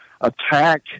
attack